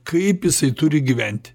kaip jisai turi gyventi